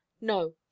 No